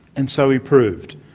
and so he proved.